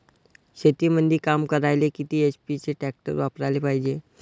शेतीमंदी काम करायले किती एच.पी चे ट्रॅक्टर वापरायले पायजे?